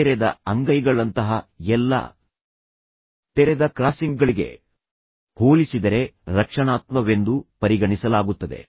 ತೆರೆದ ಅಂಗೈಗಳಂತಹ ಎಲ್ಲಾ ತೆರೆದ ಕ್ರಾಸಿಂಗ್ಗಳಿಗೆ ಹೋಲಿಸಿದರೆ ರಕ್ಷಣಾತ್ಮಕವೆಂದು ಪರಿಗಣಿಸಲಾಗುತ್ತದೆ